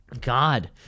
god